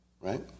Right